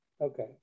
Okay